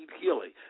healing